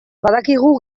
badakigu